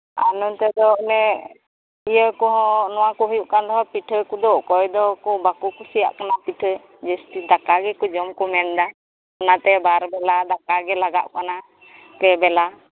ᱟᱨ ᱱᱚᱱᱛᱮ ᱫᱚ ᱚᱱᱮ ᱤᱭᱟᱹ ᱠᱚᱦᱚᱸ ᱱᱚᱣᱟᱠᱚ ᱦᱩᱭᱩᱜ ᱠᱟᱱ ᱨᱮᱦᱚᱸ ᱯᱤᱴᱷᱟᱹ ᱠᱚᱫᱚ ᱚᱠᱚᱭ ᱫᱚ ᱠᱚ ᱵᱟᱠᱚ ᱠᱩᱥᱤᱭᱟᱜ ᱠᱟᱱᱟ ᱯᱤᱴᱷᱟᱹ ᱡᱟᱹᱥᱛᱤ ᱫᱟᱠᱟ ᱜᱮᱠᱚ ᱡᱚᱢ ᱠᱚ ᱢᱮᱱ ᱮᱫᱟ ᱚᱱᱟᱛᱮ ᱵᱟᱨ ᱵᱮᱞᱟ ᱫᱟᱠᱟᱜᱮ ᱞᱟᱜᱟᱜ ᱠᱟᱱᱟ ᱯᱮ ᱵᱮᱞᱟ